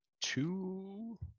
two